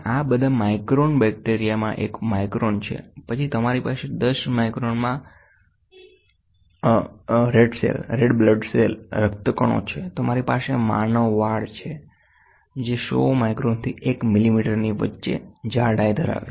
અને આબધા માઇક્રોન બેક્ટેરિયામાં એક માઇક્રોન છે પછી તમારી પાસે 10 માઇક્રોનમાં લાલ રક્તકણો છેતમારી પાસે માનવ વાળ છે જે 100 માઇક્રોનથી 1 મિલીમીટરની વચ્ચે છે